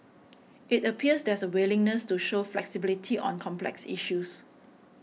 it appears there's a willingness to show flexibility on complex issues